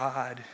God